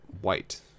white